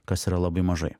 kas yra labai mažai